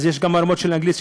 אז יש גם רמות של אנגלית,